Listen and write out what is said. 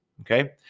okay